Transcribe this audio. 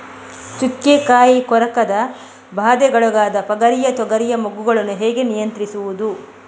ಚುಕ್ಕೆ ಕಾಯಿ ಕೊರಕದ ಬಾಧೆಗೊಳಗಾದ ಪಗರಿಯ ತೊಗರಿಯ ಮೊಗ್ಗುಗಳನ್ನು ಹೇಗೆ ನಿಯಂತ್ರಿಸುವುದು?